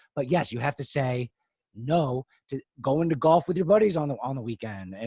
but yes, you have to say no to go into golf with your buddies on the on the weekend. and